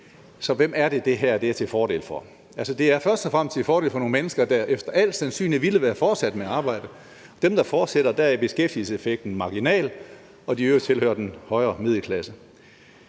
Så hvem er det, det her er til fordel for? Altså, det er først og fremmest til fordel for nogle mennesker, der efter al sandsynlighed ville være fortsat med at arbejde. For dem, der fortsætter, er beskæftigelseseffekten marginal, og de øvrige tilhører den højere middelklasse.